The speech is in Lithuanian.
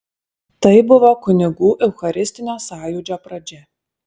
tai buvo kunigų eucharistinio sąjūdžio pradžia